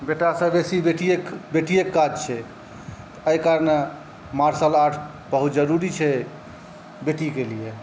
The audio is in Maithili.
बेटासँ बेसी बेटिए बेटिएके काज छै एहि कारणेँ मार्शल आर्ट बहुत जरूरी छै बेटीकेलिए